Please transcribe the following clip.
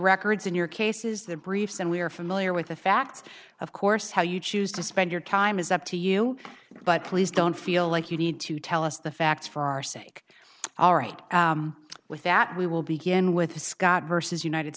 records in your cases the briefs and we are familiar with the facts of course how you choose to spend your time is up to you but please don't feel like you need to tell us the facts for our sake all right with that we will begin with the scott versus united